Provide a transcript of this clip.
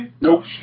Nope